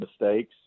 mistakes